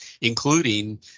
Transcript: including